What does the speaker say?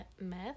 meth